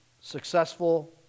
successful